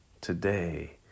today